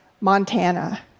Montana